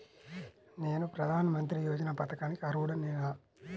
నేను ప్రధాని మంత్రి యోజన పథకానికి అర్హుడ నేన?